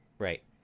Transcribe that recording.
Right